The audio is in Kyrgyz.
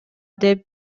деп